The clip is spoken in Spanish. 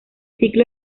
ciclo